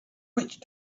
witch